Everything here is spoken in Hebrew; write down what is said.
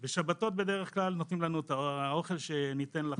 בשבתות נותנים לנו בדרך כלל את האוכל שנותנים לחניכים,